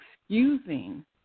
excusing